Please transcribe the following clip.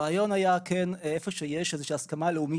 הרעיון היה שבמקום שיש איזושהי הסכמה לאומית,